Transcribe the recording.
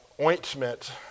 ointment